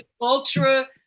Ultra